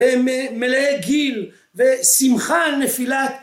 מלאי גיל ושמחה על נפילת